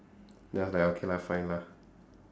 then I was like okay lah fine lah